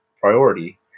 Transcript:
priority